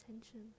attention